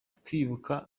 twibuka